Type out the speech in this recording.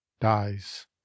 dies